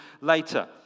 later